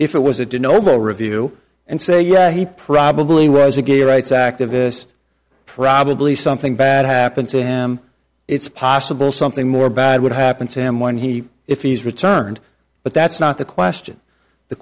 if it was a did novo review and say yeah he probably was a gay rights activist probably something bad happened to him it's possible something more bad would happen to him when he if he's returned but that's not the question the